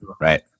Right